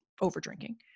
over-drinking